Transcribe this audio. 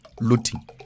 looting